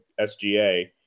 SGA